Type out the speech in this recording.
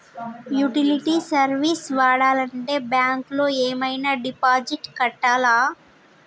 Utility service వాడాలంటే bank లో ఏమైనా డిపాజిట్ కట్టాలా?